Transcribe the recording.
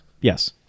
Yes